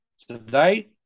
today